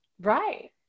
right